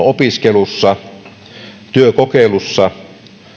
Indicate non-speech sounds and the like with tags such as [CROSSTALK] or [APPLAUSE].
[UNINTELLIGIBLE] opiskelussa työkokeilussa